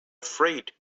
afraid